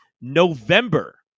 November